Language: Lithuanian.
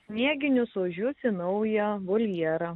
snieginius ožius į naują voljerą